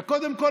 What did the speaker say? וקודם כול,